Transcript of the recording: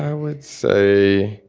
would say,